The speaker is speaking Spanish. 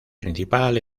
principal